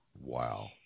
Wow